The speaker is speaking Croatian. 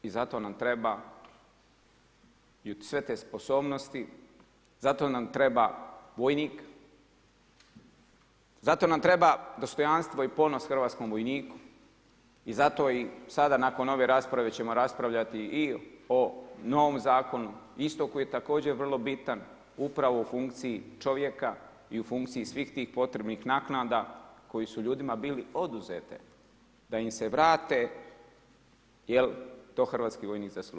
I zato nam trebaju sve te sposobnosti, zato nam treba vojnik, zato nam treba dostojanstvo i ponos hrvatskom vojniku i zato i sada nakon ove rasprave ćemo raspravljati i o novom zakonu isto koji je također vrlo bitan upravo u funkciji čovjeka i u funkciji svih tih potrebnih naknada koje su ljudima bile oduzete, da im se vrate jer to hrvatski vojnik zaslužuje.